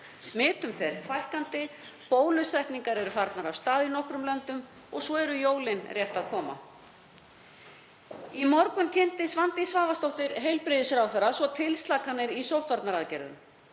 Smitum fer fækkandi. Bólusetningar eru farnar af stað í nokkrum löndum og svo eru jólin rétt að koma. Í morgun kynnti Svandís Svavarsdóttir heilbrigðisráðherra tilslakanir í sóttvarnaaðgerðum.